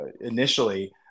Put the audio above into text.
initially